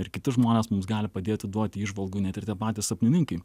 ir kiti žmonės mums gali padėti duoti įžvalgų net ir tie patys sapnininkai